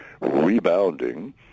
rebounding